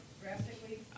drastically